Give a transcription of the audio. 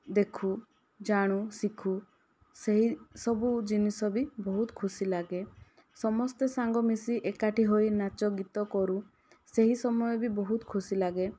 ଦେଖୁ ଜାଣୁ ଶିଖୁ ସେହିସବୁ ଜିନିଷବି ବହୁତ ଖୁସି ଲାଗେ ସମସ୍ତେ ସାଙ୍ଗ ମିଶି ଏକାଠି ହୋଇ ନାଚ ଗୀତ କରୁ ସେହି ସମୟବି ବହୁତ ଖୁସି ଲାଗେ